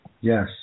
Yes